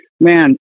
man